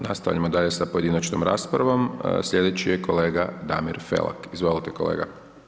Nastavljamo dalje sa pojedinačnom raspravom, slijedeći je kolega Damir Felak, izvolite kolega.